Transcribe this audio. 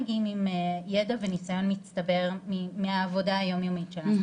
מגיעים עם יידע וניסיון מצטבר מהעבודה היומיומית שלנו,